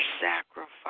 sacrifice